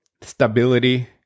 stability